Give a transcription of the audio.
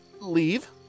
leave